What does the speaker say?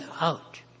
out